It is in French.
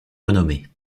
renommé